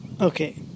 okay